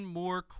more